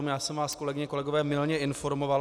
Já jsem vás, kolegyně a kolegové, mylně informoval.